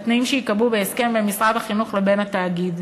בתנאים שייקבעו בהסכם בין משרד החינוך לבין התאגיד.